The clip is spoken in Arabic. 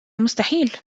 مستحيل